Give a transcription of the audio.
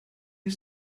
you